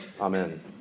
amen